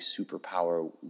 superpower